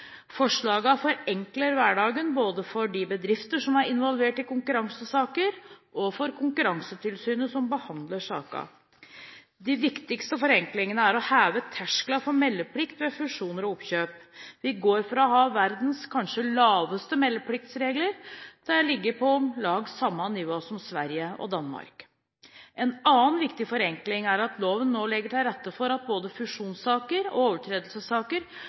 hverdagen, både for de bedrifter som er involvert i konkurransesaker, og for Konkurransetilsynet som behandler sakene. Den viktigste forenklingen er å heve tersklene for meldeplikt ved fusjoner og oppkjøp. Vi går fra å ha verdens kanskje laveste meldepliktsregler til å ligge på om lag samme nivå som Sverige og Danmark. En annen viktig forenkling er at loven nå legger til rette for at både fusjonssaker og overtredelsessaker